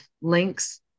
links